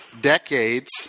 decades